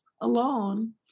alone